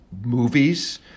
movies